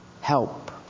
help